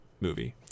movie